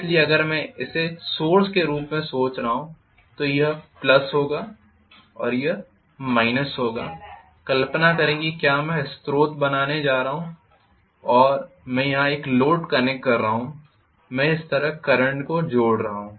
इसलिए अगर मैं इसे स्रोत के रूप में सोच रहा हूं तो यह प्लस होगा और यह माइनस होगा कल्पना करें कि क्या मैं एक स्रोत होने जा रहा हूं और मैं यहां एक लोड कनेक्ट कर रहा हूं मैं इस तरह करंट को जोड़ रहा हूं